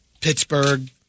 Pittsburgh